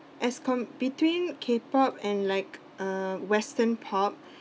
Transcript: as com~ between K pop and like uh western pop